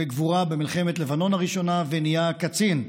בגבורה במלחמת לבנון הראשונה ונהיה הקצין.